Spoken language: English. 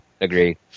Agree